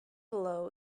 below